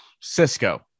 Cisco